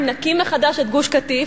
אם נקים מחדש את גוש-קטיף,